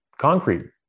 concrete